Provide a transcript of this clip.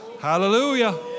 Hallelujah